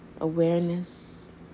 awareness